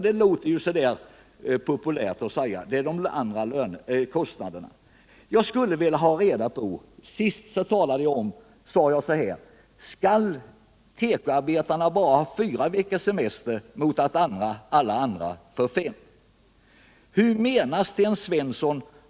Det låter ju populärt att säga att det är de andra kostnaderna, men jag vill då ställa samma fråga som förra gången vi diskuterade detta: Skall tekoarbetarna ha bara fyra veckors semester när alla andra får fem?